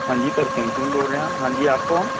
ਹਾਂਜੀ ਤਰਸੇਮ ਸਿੰਘ ਬੋਲ ਰਿਹਾ ਹਾਂਜੀ ਆਪ ਕੌਣ